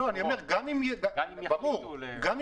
ברור.